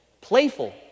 playful